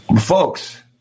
Folks